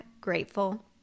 grateful